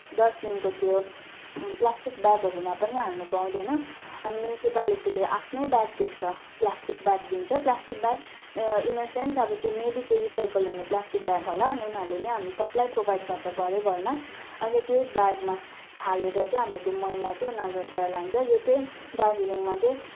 डस्टबिनको त्यो प्लास्टिक ब्यागहरूमा पनि हाल्नु पाउँदैन अनि म्यनिसिपालिटीले आफ्नै ब्याग दिएकोछ पाल्स्टिक ब्याग दिन्छ plastic bag in the sense अब मे बि त्यो रिसाइकल हुने ब्याग होला अनि उनीहरूले नै हामी सबलाई प्रोभाइड गर्छ घरै घरमा अन्त त्यही ब्यागमा हालेर चाहिँ हामी त्यो मैला चाहिँ उनीहरूले उठाएर लान्छ यो चाहिँ दार्जिलिङमा चाहिँ